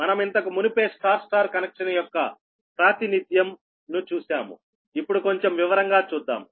మనం ఇంతక మునుపే Y Y కనెక్షన్ యొక్క ప్రాతినిథ్యం ను చూశాము ఇప్పుడు కొంచెం వివరంగా చూద్దాము